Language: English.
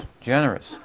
generous